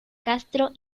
castro